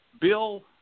Bill